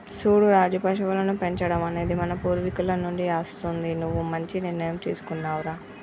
సూడు రాజు పశువులను పెంచడం అనేది మన పూర్వీకుల నుండి అస్తుంది నువ్వు మంచి నిర్ణయం తీసుకున్నావ్ రా